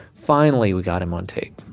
finally, we got him on tape.